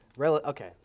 okay